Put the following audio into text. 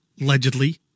Allegedly